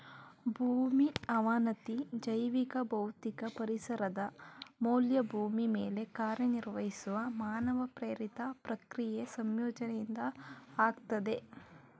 ಭೂಮಿ ಅವನತಿ ಜೈವಿಕ ಭೌತಿಕ ಪರಿಸರದ ಮೌಲ್ಯ ಭೂಮಿ ಮೇಲೆ ಕಾರ್ಯನಿರ್ವಹಿಸುವ ಮಾನವ ಪ್ರೇರಿತ ಪ್ರಕ್ರಿಯೆ ಸಂಯೋಜನೆಯಿಂದ ಆಗ್ತದೆ